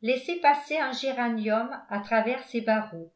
laissait passer un géranium à travers ses barreaux